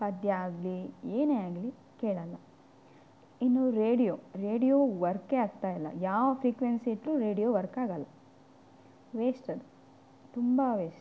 ಖಾದ್ಯ ಆಗಲಿ ಏನೇ ಆಗಲಿ ಕೇಳಲ್ಲ ಇನ್ನು ರೇಡಿಯೋ ರೇಡಿಯೋ ವರ್ಕೇ ಆಗುತ್ತಾ ಇಲ್ಲ ಯಾವ ಫ್ರೀಕ್ವೆನ್ಸಿ ಇಟ್ಟರೂ ರೇಡಿಯೋ ವರ್ಕ್ ಆಗಲ್ಲ ವೇಸ್ಟ್ ಅದು ತುಂಬಾ ವೇಸ್ಟ್